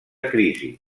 crisi